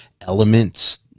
elements